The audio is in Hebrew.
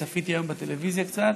צפיתי היום בטלוויזיה קצת,